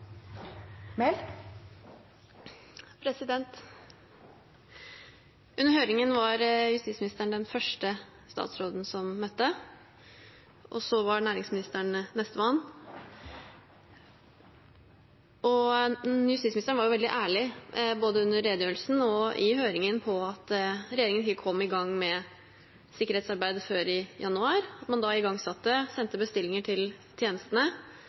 Under høringen var justisministeren den første statsråden som møtte, og så var næringsministeren nestemann. Justisministeren var veldig ærlig, både under redegjørelsen og i høringen, på at regjeringen ikke kom i gang med sikkerhetsarbeidet før i januar, at man da igangsatte og sendte bestillinger til tjenestene,